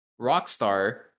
rockstar